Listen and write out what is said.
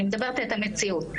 אני מדברת את המציאות.